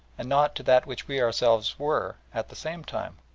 and not to that which we ourselves were at the same time.